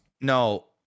No